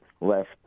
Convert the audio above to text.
left